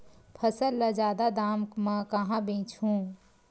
फसल ल जादा दाम म कहां बेचहु?